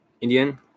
Indian